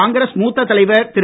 காங்கிரஸ் மூத்த தலைவர் திரு